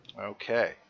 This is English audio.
Okay